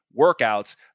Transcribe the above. workouts